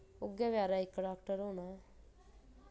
उ'ऐ बचैरा इक डाक्टर होना